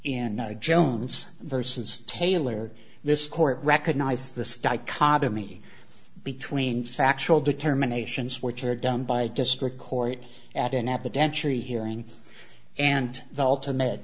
and in jones versus taylor this court recognize this dichotomy between factual determinations which are done by district court at an apple denture hearing and the ultimate